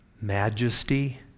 majesty